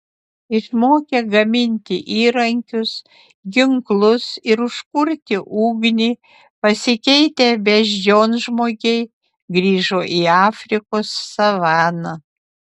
išmokę gaminti įrankius ginklus ir užkurti ugnį pasikeitę beždžionžmogiai grįžo į afrikos savaną